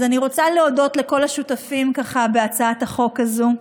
אז אני רוצה להודות לכל השותפים בהצעת החוק הזאת,